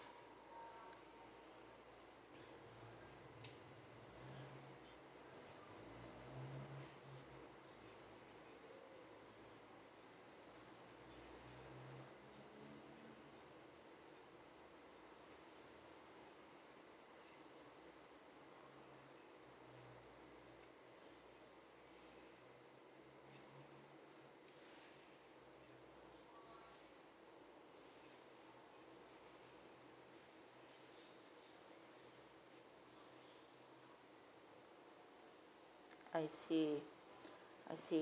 I see I see